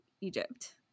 Egypt